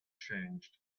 changed